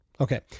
okay